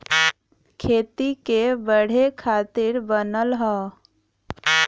खेती के बढ़े खातिर बनल हौ